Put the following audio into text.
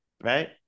Right